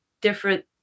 different